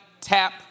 tap